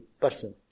person